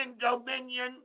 dominion